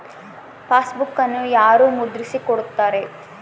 ಪಾಸ್ಬುಕನ್ನು ಯಾರು ಮುದ್ರಿಸಿ ಕೊಡುತ್ತಾರೆ?